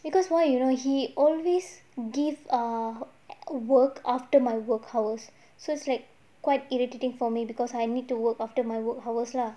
because why you know he always give err work after my work hours so it's like quite irritating for me because I need to work after my work hours lah